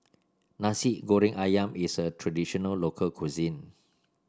Nasi Goreng ayam is a traditional local cuisine